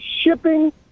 shipping